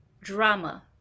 drama